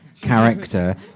character